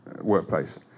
workplace